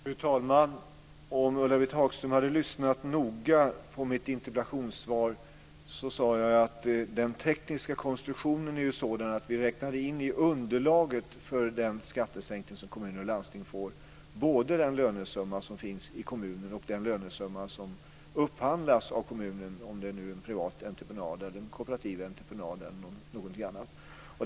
Fru talman! Om Ulla-Britt Hagström hade lyssnat noga på mitt interpellationssvar hade hon hört att jag sade att den tekniska konstruktionen är sådan att vi räknar in i underlaget för den skattesänkning som kommuner och landsting får både den lönesumma som finns i kommunen och den lönesumma som upphandlas av kommunen, om det nu är en privat entreprenad, en kooperativ entreprenad eller någonting annat.